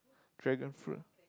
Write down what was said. dragon fruit